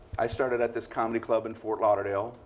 i started at this comedy club in fort lauderdale.